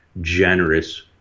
generous